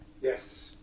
Yes